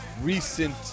recent